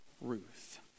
Ruth